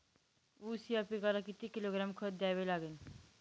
ऊस या पिकाला किती किलोग्रॅम खत द्यावे लागेल?